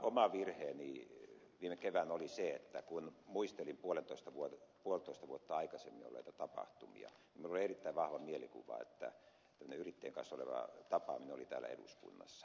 oma virheeni viime keväänä oli se että kun muistelin puolitoista vuotta aikaisemmin olleita tapahtumia minulla oli erittäin vahva mielikuva että tällainen yrittäjien kanssa oleva tapaaminen oli täällä eduskunnassa